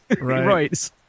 Right